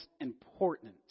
important